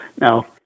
Now